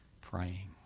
praying